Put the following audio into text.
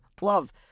love